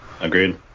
Agreed